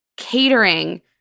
catering